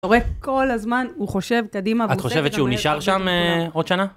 אתה רואה? כל הזמן הוא חושב קדימה. את חושבת שהוא נשאר שם אה.. עוד שנה?